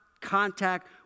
contact